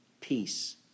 peace